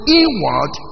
inward